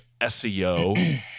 SEO